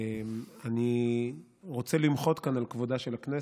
אני רוצה למחות כאן על כבודה של הכנסת,